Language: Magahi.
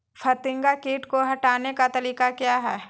फतिंगा किट को हटाने का तरीका क्या है?